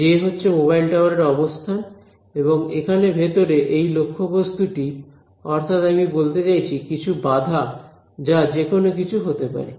J হচ্ছে mobile টাওয়ারের অবস্থান এবং এখানে ভেতরে এই লক্ষ্যবস্তু টি অর্থাৎ আমি বলতে চাইছি কিছু বাধা যা যেকোনো কিছু হতে পারে